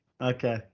Okay